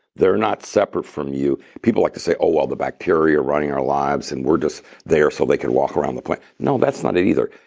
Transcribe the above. they're not separate from you. people like to say, oh, well the bacteria are running our lives, and we're just there so they can walk around the planet. no, that's not it either.